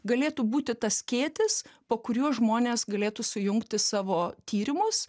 galėtų būti tas skėtis po kuriuo žmonės galėtų sujungti savo tyrimus